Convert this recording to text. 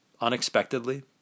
unexpectedly